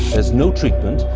there's no treatment,